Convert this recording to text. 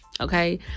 Okay